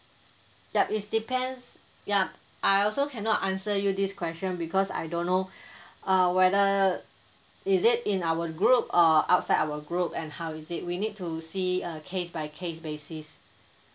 yup is depends ya also cannot answer you this question because I don't know uh whether uh is it in our group or outside our group and how is it we need to see uh case by case basis